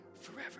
forever